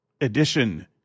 Edition